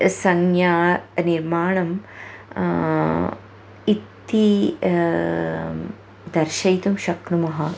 संज्ञा निर्माणम् इति दर्शयितुं शक्नुमः